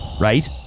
Right